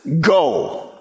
Go